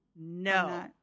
No